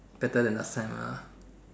better than last time ah